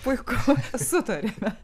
puiku sutarėme